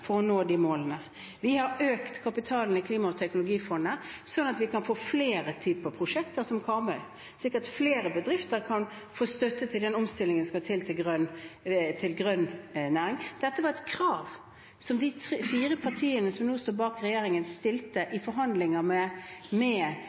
for å nå de målene. Vi har økt kapitalen i Klimateknologifondet, slik at vi kan få flere prosjekter som det på Karmøy, og slik at flere bedrifter kan få støtte til den omstillingen som skal til for en grønn næring. Dette var et krav som de fire partiene som nå står bak regjeringen, stilte i forhandlinger med